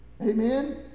Amen